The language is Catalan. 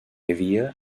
havia